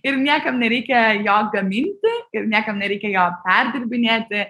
ir niekam nereikia jo gaminti ir niekam nereikia jo perdirbinėti